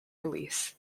release